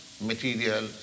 material